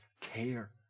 care